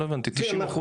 לא הבנתי 90%?